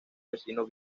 vecino